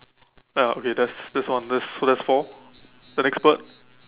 ya okay that's that's one that's so that's four the next bird